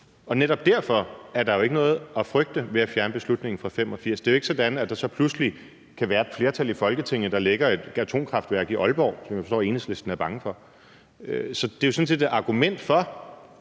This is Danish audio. og netop derfor er der jo ikke noget at frygte ved at fjerne beslutningen fra 1985. Det er jo ikke sådan, at der pludselig kan være et flertal i Folketinget, der lægger et atomkraftværk i Aalborg, som jeg forstår at Enhedslisten er bange for. Så det er jo sådan set et argument for,